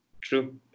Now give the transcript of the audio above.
True